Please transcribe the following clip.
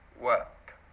work